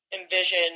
envision